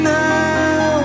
now